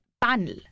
panel